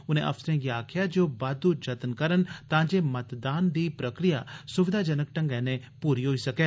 उनें अफसरें गी आक्खेया जे ओह बाद्दू जत्तन करन तांजे मतगणना दी प्रक्रिया सुविधाजनक ढंग्गै नै पूरी होई सकै